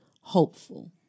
Hopeful